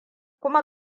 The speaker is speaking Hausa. kuma